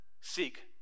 seek